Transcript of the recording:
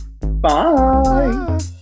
Bye